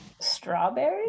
strawberry